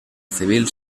civil